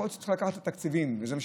יכול להיות שצריך לקחת את התקציבים שנמצאים